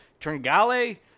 Tringale